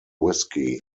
whiskey